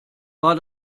war